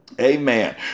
Amen